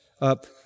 up